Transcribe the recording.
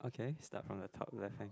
okay start from the top left hand